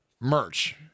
Merch